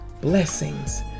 blessings